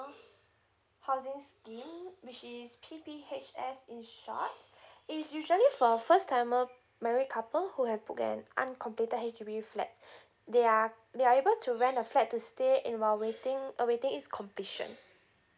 housing scheme which is P_P_H_S in short is usually for first timer married couple who have booked an uncompleted H_D_B flat they are they are able to rent a flat to stay in while waiting uh waiting its completion